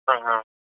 ஆ ஆ